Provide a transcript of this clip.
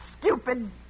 stupid